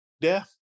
death